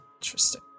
interesting